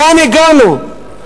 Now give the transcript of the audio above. לאן הגענו?